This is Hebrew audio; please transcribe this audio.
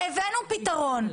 והבאנו פתרון.